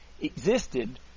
existed